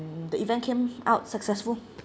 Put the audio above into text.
the event came out successful